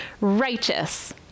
righteous